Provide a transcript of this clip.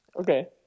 Okay